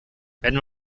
wenn